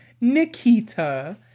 Nikita